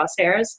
crosshairs